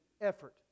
effort